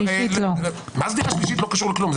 זה לא קשור לכלום.